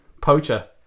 Poacher